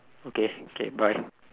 okay okay bye